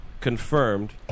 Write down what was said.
confirmed